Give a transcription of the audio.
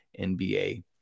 NBA